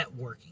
networking